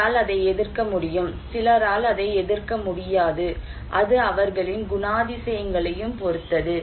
சிலரால் அதை எதிர்க்க முடியும் சிலரால் அதை எதிர்க்க முடியாது அது அவர்களின் குணாதிசயங்களையும் பொறுத்தது